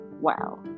wow